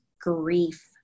grief